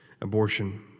abortion